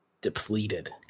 depleted